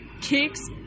kicks